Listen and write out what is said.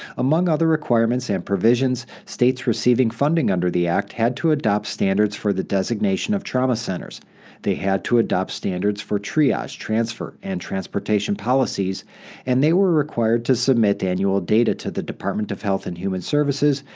among other requirements and provisions, states receiving funding under the act had to adopt standards for the designation of trauma centers they had to adopt standards for triage, transfer, and transportation policies and, they were required to submit annual data to the department of health and human services,